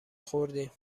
خوردیم